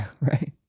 right